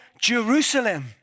Jerusalem